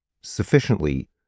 sufficiently